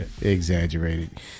exaggerated